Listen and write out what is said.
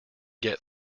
get